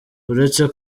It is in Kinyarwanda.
uretse